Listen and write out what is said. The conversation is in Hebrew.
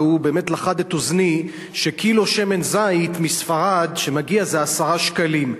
והוא באמת לכד את אוזני: שקילו שמן זית שמגיע מספרד זה 10 שקלים.